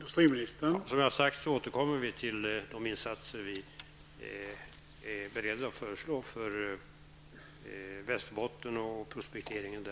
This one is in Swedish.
Herr talman! Som jag sade tidigare skall vi återkomma till riksdagen beträffande de insatser som vi är beredda att föreslå för prospektering i